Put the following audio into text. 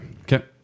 Okay